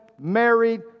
married